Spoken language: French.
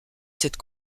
cette